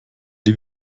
die